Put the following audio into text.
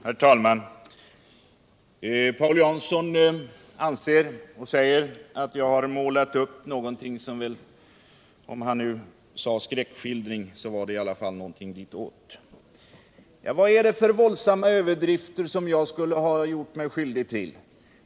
Herr talman! Paul Jansson sade att jag här gjort en skräckskildring eller något ditåt. Men vilka våldsamma överdrifter är det som jag skulle ha gjort mig skyldig till?